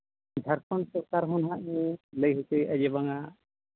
ᱡᱷᱟᱲᱠᱷᱚᱸᱰ ᱥᱚᱨᱠᱟᱨ ᱦᱚᱸ ᱦᱟᱜᱼᱮ ᱞᱟᱹᱭ ᱦᱚᱪᱚᱭᱮᱜᱼᱟᱭ ᱡᱮ ᱵᱟᱝᱼᱟ